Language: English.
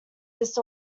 this